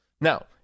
Now